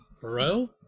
Bro